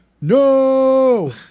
No